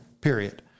period